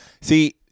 See